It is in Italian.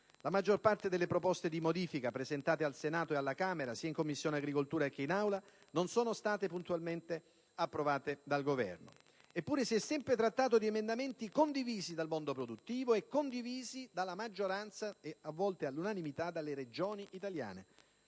La maggior parte delle proposte di modifica presentate al Senato e alla Camera, sia in Commissione agricoltura sia in Aula, puntualmente non sono state approvate dal Governo. Eppure, si è sempre trattato di emendamenti condivisi dal mondo produttivo e dalla maggioranza ed a volte all'unanimità dalle Regioni italiane.